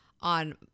on